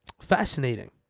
Fascinating